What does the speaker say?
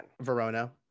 Verona